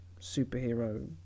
superhero